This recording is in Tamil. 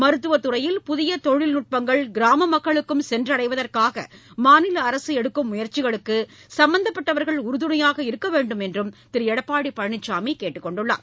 மருத்துவதுறையில் புதியதொழில்நுட்பங்கள் கிராமமக்களுக்கும் சென்றடைவதற்காகமாநிலஅரசுஎடுக்கும் முயற்சிகளுக்குசம்பந்தப்பட்டவர்கள் உறுதுணையாக இருக்கவேண்டும் என்றம் திருஎடப்பாடிபழனிசாமிகேட்டுக்கொண்டுள்ளார்